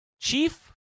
Chief